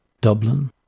Dublin